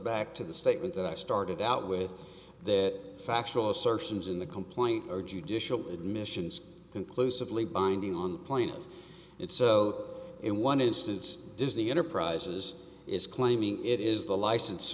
back to the statement that i started out with that factual assertions in the complaint are judicial admissions conclusively binding on the point it so in one instance does the enterprise's is claiming it is the license